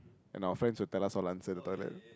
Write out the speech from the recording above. and our friends will tell us all the answers in the toilet